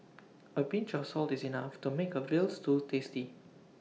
A pinch of salt is enough to make A Veal Stew tasty